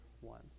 one